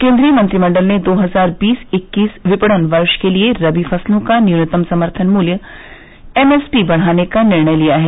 केन्द्रीय मंत्रिमंडल ने दो हजार बीस इक्कीस विपणन वर्ष के लिए रबी फसलों का न्यूनतम समर्थन मूल्य एमएसपी बढ़ाने का निर्णय लिया है